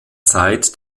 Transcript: zeit